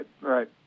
Right